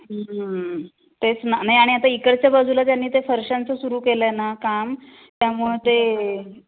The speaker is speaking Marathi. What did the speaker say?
तेच ना नाही आणि आता इकडच्या बाजूला त्यांनी ते फरश्यांचं सुरू केलं आहे ना काम त्यामुळे ते